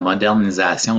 modernisation